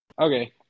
Okay